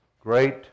Great